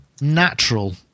natural